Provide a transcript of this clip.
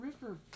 river